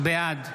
בעד